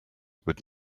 would